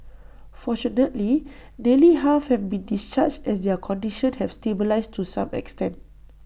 fortunately nearly half have been discharged as their condition have stabilised to some extent